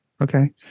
Okay